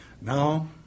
Now